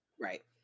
Right